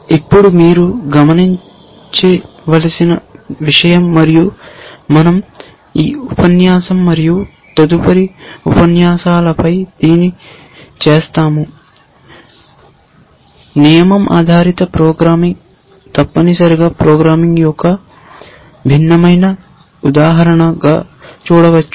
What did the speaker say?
ఇప్పుడు మీరు గమనించవలసిన విషయం మరియు మనం ఈ ఉపన్యాసం మరియు తదుపరి ఉపన్యాసంపై దీన్ని చేస్తాము నియమం ఆధారిత ప్రోగ్రామింగ్ తప్పనిసరిగా ప్రోగ్రామింగ్ యొక్క భిన్నమైన ఉదాహరణగా చూడవచ్చు